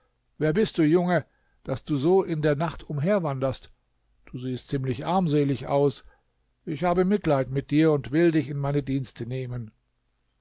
wer bist du junge daß du so in der nacht umherwanderst du siehst ziemlich armselig aus ich habe mitleid mit dir und will dich in meine dienste nehmen